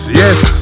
yes